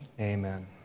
Amen